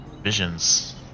visions